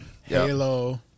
Halo